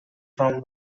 from